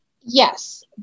Yes